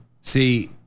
See